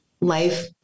life